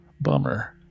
Bummer